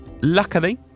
luckily